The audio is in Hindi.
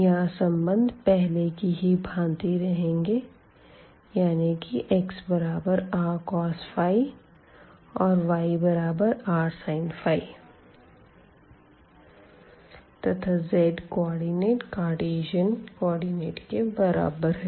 यहां संबंध पहले की ही भाँति रहेंगे यानी कि xrcos और yrsin है तथा zकोऑर्डिनेट कार्टीज़न कोऑर्डिनेट के बराबर है